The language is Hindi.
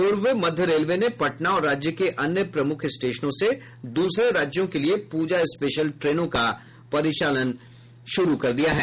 पूर्व मध्य रेलवे ने पटना और राज्य के अन्य प्रमुख स्टेशनों से दूसरे राज्यों के लिए पूजा स्पेशल ट्रेनों का परिचालन कर रहा है